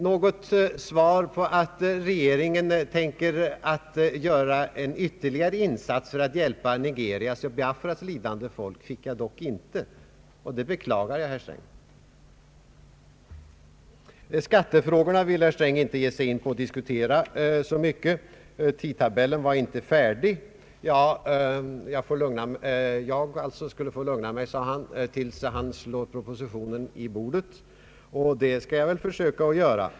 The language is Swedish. Något svar på frågan om regeringen tänker göra en ytterligare insats för att hjälpa Nigerias och Biafras lidande folk fick jag dock inte, och det beklagar jag, herr Sträng. Skattefrågorna vill herr Sträng inte ge sig in på. Tidtabellen var inte färdig. Jag — jag alltså — skulle få lugna mig, sade han, tills han slår Propositionen i bordet, och det skall jag väl försöka göra.